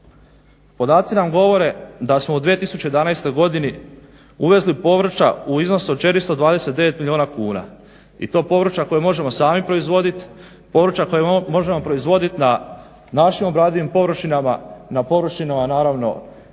Podaci nam govore da smo u 2011. godini uvezli povrća u iznosu od 429 milijuna kuna i to povrća koje možemo sami proizvoditi, povrća koje možemo proizvoditi na našim obradivim površinama, na površinama naravno